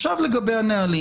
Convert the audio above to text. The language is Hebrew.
עכשיו לגבי הנהלים.